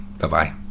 Bye-bye